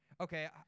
okay